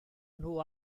nhw